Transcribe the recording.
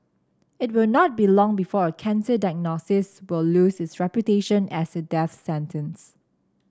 it will not be long before a cancer diagnosis will lose its reputation as a death sentence